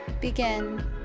begin